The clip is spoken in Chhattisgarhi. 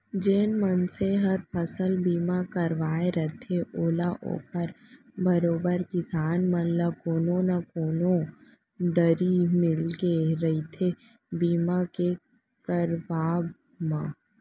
जेन मनसे हर फसल बीमा करवाय रथे ओला ओकर बरोबर किसान मन ल कोनो न कोनो दरी मिलके रहिथे बीमा के करवाब म